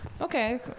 Okay